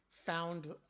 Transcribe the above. found